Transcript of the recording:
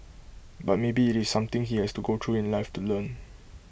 but maybe IT is something he has to go through in life to learn